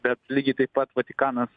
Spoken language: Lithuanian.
bet lygiai taip pat vatikanas